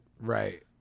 Right